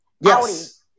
Yes